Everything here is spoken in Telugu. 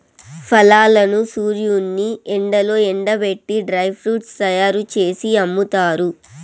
ఫలాలను సూర్యుని ఎండలో ఎండబెట్టి డ్రై ఫ్రూట్స్ తయ్యారు జేసి అమ్ముతారు